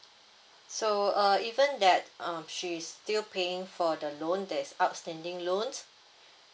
so uh even that um she's still paying for the loan there's outstanding loans